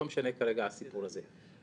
לא משנה כרגע הסיפור הזה.